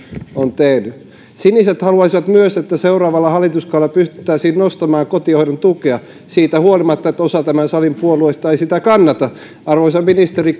on tehty siniset haluaisivat myös että seuraavalla hallituskaudella pystyttäisiin nostamaan kotihoidon tukea siitä huolimatta että osa tämän salin puolueista ei sitä kannata arvoisa ministeri